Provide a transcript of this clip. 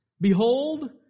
Behold